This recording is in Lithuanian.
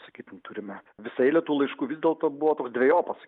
sakyt turime visą eilę tų laiškų vis dėlto buvo toks dvejopas